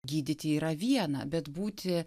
gydyti yra viena bet būti